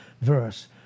verse